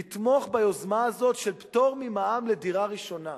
לתמוך ביוזמה הזאת של פטור ממע"מ לדירה ראשונה.